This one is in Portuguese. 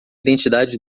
identidade